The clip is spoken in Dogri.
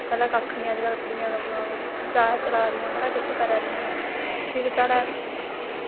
पैह्लैं कक्ख निं अजकल्ल कुड़ियां जहाज चला दियां बड़ा किश करा दियां नै फिर साढ़ै